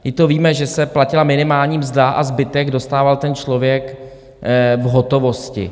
My to víme, že se platila minimální mzda a zbytek dostával ten člověk v hotovosti.